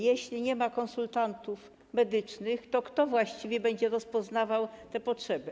Jeśli nie ma konsultantów medycznych, to kto właściwie będzie rozpoznawał te potrzeby?